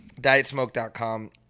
DietSmoke.com